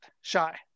Shy